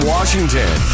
Washington